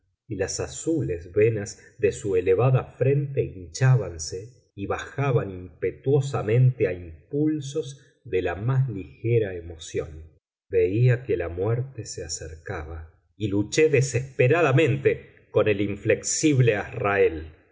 y las azules venas de su elevada frente hinchábanse y bajaban impetuosamente a impulsos de la más ligera emoción veía que la muerte se acercaba y luché desesperadamente con el inflexible azrael